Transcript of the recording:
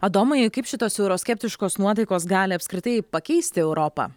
adomai kaip šitos euroskeptiškos nuotaikos gali apskritai pakeisti europą